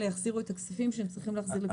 יחזירו את הכספים שהם צריכים להחזיר לקופת המדינה.